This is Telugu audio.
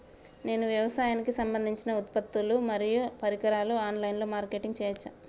నేను వ్యవసాయానికి సంబంధించిన ఉత్పత్తులు మరియు పరికరాలు ఆన్ లైన్ మార్కెటింగ్ చేయచ్చా?